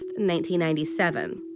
1997